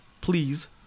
please